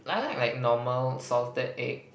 I like like normal salted egg